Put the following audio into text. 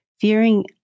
fearing